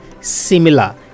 similar